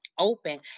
open